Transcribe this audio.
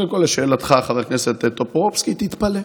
קודם כול, לשאלתך, חבר הכנסת טופורובסקי, תתפלא,